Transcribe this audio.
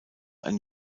ein